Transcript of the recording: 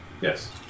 Yes